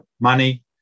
money